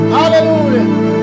hallelujah